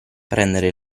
prendere